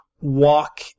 walk